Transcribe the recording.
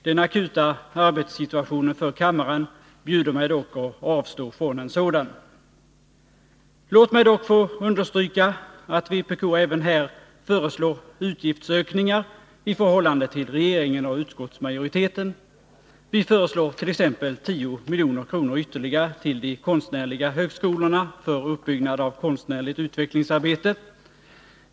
Den akuta arbetssituationen för kammaren bjuder mig dock att avstå från en sådan. Låt mig dock få understryka att vpk även här föreslår utgiftsökningar i förhållande till regeringen och utskottsmajoriteten. Vi föreslår t.ex. 10 milj.kr. ytterligare till de konstnärliga högskolorna för uppbyggnad av konstnärligt utvecklingsarbete.